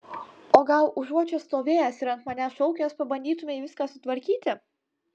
o gal užuot čia stovėjęs ir ant manęs šaukęs pabandytumei viską sutvarkyti